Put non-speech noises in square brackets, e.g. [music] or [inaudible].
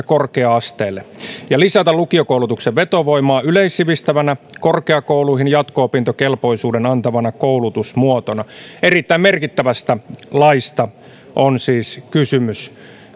[unintelligible] korkea asteelle ja lisätä lukiokoulutuksen vetovoimaa yleissivistävänä korkeakouluihin jatko opintokelpoisuuden antavana koulutusmuotona erittäin merkittävästä laista on siis kysymys